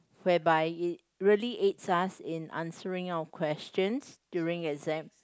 whereby it really aids us in answering of questions during exam